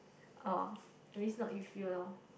orh it means not with you lor